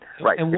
Right